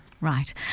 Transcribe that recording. Right